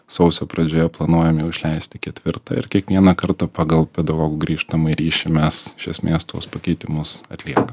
sausio pradžioje planuojam jau išleisti ketvirtą ir kiekvieną kartą pagal pedagogų grįžtamąjį ryšį mes iš esmės tuos pakeitimus atlieka